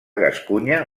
gascunya